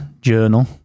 Journal